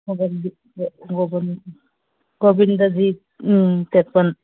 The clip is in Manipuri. ꯒꯣꯕꯤꯟꯗꯖꯤ ꯎꯝ ꯇꯦꯝꯄꯜ